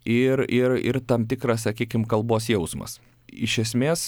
ir ir ir tam tikras sakykim kalbos jausmas iš esmės